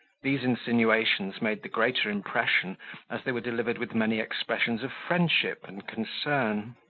these insinuations made the greater impression as they were delivered with many expressions of friendship and concern.